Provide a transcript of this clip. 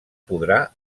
podrà